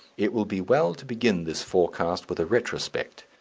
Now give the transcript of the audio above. it will be well to begin this forecast with a retrospect,